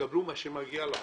שתקבלו את מה שמגיע לכם.